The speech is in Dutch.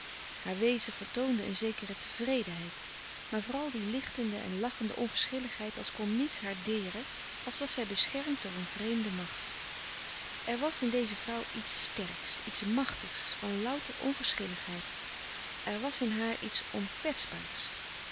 haar wezen vertoonde een zekere tevredenheid maar vooral die lichtende en lachende onverschilligheid als kon niets haar deren als was zij beschermd door een vreemde macht er was in deze vrouw iets sterks iets machtigs van louter onverschilligheid er was in haar iets onkwetsbaars